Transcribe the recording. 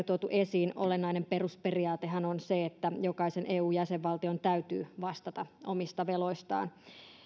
tuotu esiin olennainen perusperiaatehan on se että jokaisen eu jäsenvaltion täytyy vastata omista veloistaan